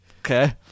okay